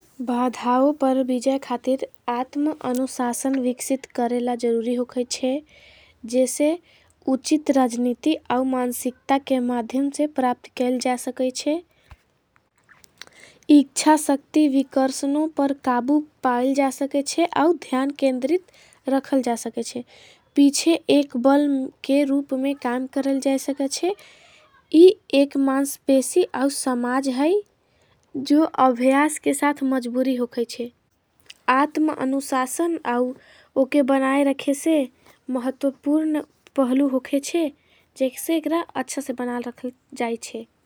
बाधाओं पर भीज़य खातिर आत्म अनुसासन। विक्सित करेला ज़रूरी होगईच्छे जैसे उचित। राजनिती आउ मानसिक्ता के माध्यम से प्राप्त। केल जा सकेच्छे इख्छा सक्ति विकर्षनों पर काबू। पाल जा सकेच्छे आउ ध्यान केंदरित रखल जा। सकेच्छे पीछे एक बल के रूप में कान करल जा। सकेच्छे ये एक मानस पेसी आउ समाज है जो। अभ्यास के साथ मजबुरी होगईच्छे आत्म अनुसासन। आउ उके बनाए रखे से महतोपूर्ण पहलू होगेच्छे। जेक सेगरा अच्छा से बनाल रखल जाईच्छे।